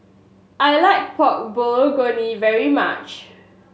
I like Pork Bulgogi very much